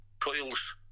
coils